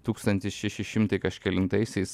tūkstantis šeši šimtai kažkelintaisiais